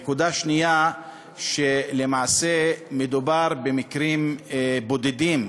נקודה נוספת היא שלמעשה מדובר במקרים בודדים.